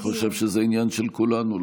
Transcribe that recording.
אני חושב שזה עניין של כולנו,